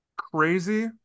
crazy